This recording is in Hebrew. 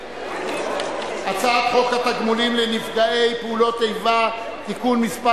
הצעת חוק התגמולים לנפגעי פעולות איבה (תיקון מס'